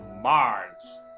Mars